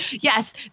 yes